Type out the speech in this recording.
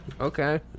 Okay